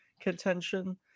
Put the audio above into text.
contention